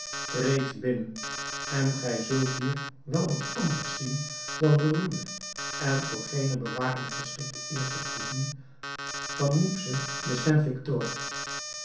treed binnen en gij zult hier wel wat anders zien dan de ruwe en voor geene bewaring geschikte eerste proeven van niepce de